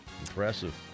impressive